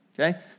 okay